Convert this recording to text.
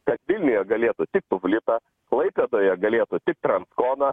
kad vilniuje galėtų tik tuvlita klaipėdoje galėtų tik transkona